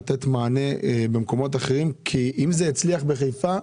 לתת מענה במקומות אחרים כי אם זה יצליח בחיפה,